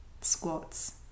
squats